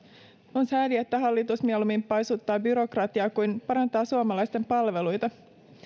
on sääli että hallitus mieluummin paisuttaa byrokratiaa kuin parantaa suomalaisten palveluita